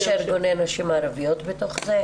יש ארגוני נשים ערביות בתוך זה?